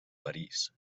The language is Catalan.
parís